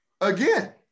again